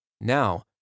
Now